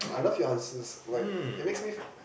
I love your answers like it makes likes me